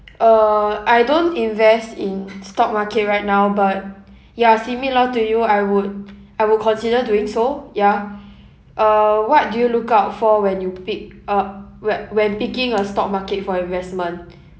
uh I don't invest in stock market right now but ya similar to you I would I will consider doing so ya uh what do you look out for when you pick a whe~ when picking a stock market for investment